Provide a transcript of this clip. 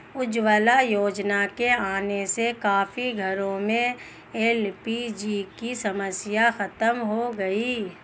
उज्ज्वला योजना के आने से काफी घरों में एल.पी.जी की समस्या खत्म हो गई